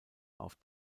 auf